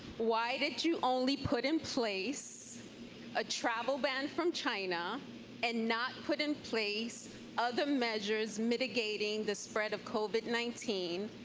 why did you only put in place a travel ban from china and not put in place other measures mitigating the spread of covid nineteen,